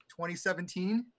2017